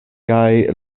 kaj